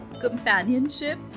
companionship